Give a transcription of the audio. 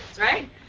right